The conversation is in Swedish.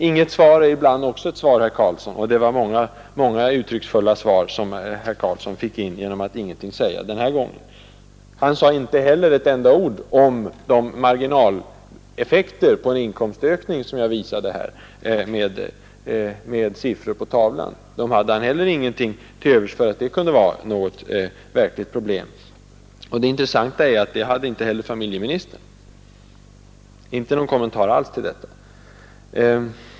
Inget svar är ibland också ett svar, herr Karlsson, och det var många uttrycksfulla svar som herr Karlsson lämnade genom att ingenting säga den här gången. Herr Karlsson sade heller inte ett ord om de marginaleffekter på en inkomstökning som jag visade med siffror på TV-skärmen. Han hade inte någonting till övers för att detta kan vara ett verkligt problem, och det intressanta är, att det hade inte heller familjeministern — det gjordes inte någon kommentar alls till detta.